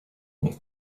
niej